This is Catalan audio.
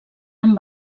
amb